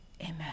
Amen